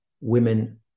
women